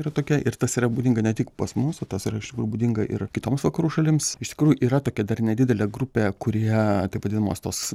yra tokia ir tas yra būdinga ne tik pas mus o tas yra ištikrųjų būdinga ir kitoms vakarų šalims iš tikrųjų yra tokia dar nedidelė grupė kurie taip vadinamos tos